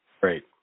great